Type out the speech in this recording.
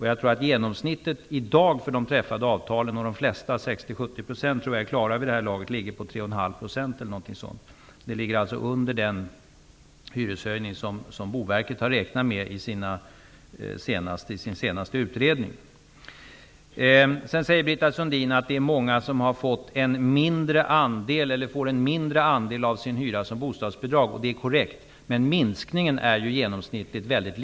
Jag tror genomsnittet i dag för de träffade avtalen -- 60-- 70 % av avtalen är nog klara vid det här laget -- gäller drygt 3,5 %. Det är alltså mindre än den hyreshöjning som Boverket har räknat med i sin senaste utredning. Britta Sundin säger att många får en mindre andel av sin hyra som bostadsbidrag. Det är korrekt. Minskningen är dock genomsnittligt mycket liten.